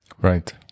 right